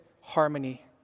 harmony